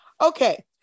Okay